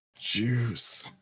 Juice